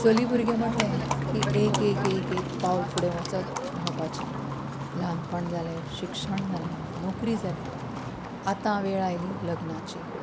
चली भुरगें म्हटलें की एक एक एक एक पावल फुडें वचत रावपाचें ल्हानपण जालें शिक्षण जालें नोकरी जाली आतां वेळ आयली लग्नाची